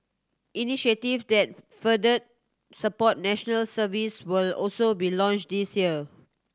initiative that further support National Service will also be launched this year